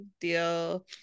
deal